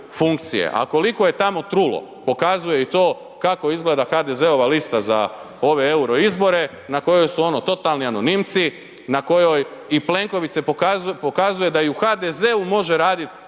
A koliko je tamo trulo, pokazuje i to kako izgleda HDZ-ova lista za ove euro izbore na kojoj su totalni anonimci na kojoj i Plenković se pokazuje da i u HDZ-u može raditi